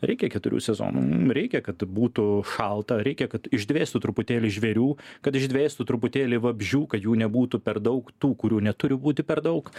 reikia keturių sezonų mum reikia kad būtų šalta reikia kad išdvėstų truputėlį žvėrių kad išdvėstų truputėlį vabzdžių kad jų nebūtų per daug tų kurių neturi būti per daug